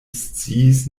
sciis